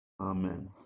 Amen